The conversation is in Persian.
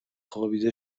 خوابیده